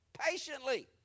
Patiently